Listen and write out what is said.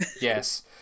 Yes